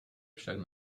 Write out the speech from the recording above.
však